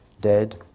dead